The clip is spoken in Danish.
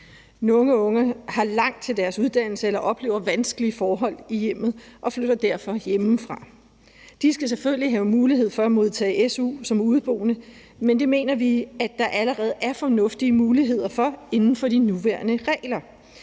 Nogle unge har langt til deres uddannelse eller oplever vanskelige forhold i hjemmet og flytter derfor hjemmefra. De skal selvfølgelig have mulighed for at modtage su som udeboende, men det mener vi at der allerede er fornuftige muligheder for inden for de nuværende regler.